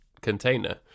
container